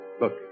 look